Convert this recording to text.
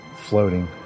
floating